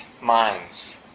minds